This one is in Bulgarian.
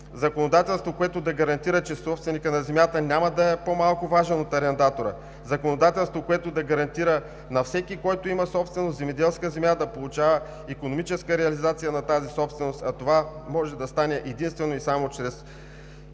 законодателство, което да гарантира, че собственикът на земята няма да е по-малко важен от арендатора, законодателство, което да гарантира на всеки, който има собственост, земеделска земя, да получава икономическа реализация на тази собственост, а това може да стане единствено и само чрез